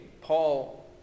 Paul